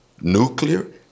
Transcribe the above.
nuclear